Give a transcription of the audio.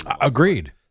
agreed